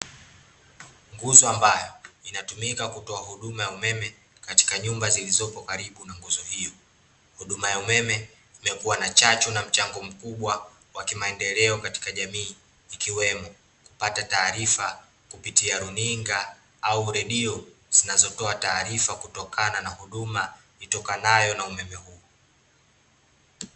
Nguzo ambayo inatumika kutoa huduma ya umeme katika nyumba zilizopo karibu na nguzo hiyo. Huduma ya umeme imekua na chachu na mchango mkubwa wa kimaendeleo katika jamii, ikiwemo; kupata taarifa kupitia runinga au redio, zinazotoa taarifa kutokana na huduma itokanayo na umeme huo.